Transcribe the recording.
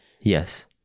Yes